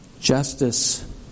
justice